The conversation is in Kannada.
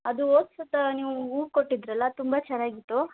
ಅದು ಹೋದ್ಸತ ನೀವು ಹೂ ಕೊಟ್ಟಿದ್ದಿರಲ್ಲ ಅದು ತುಂಬ ಚೆನ್ನಾಗಿತ್ತು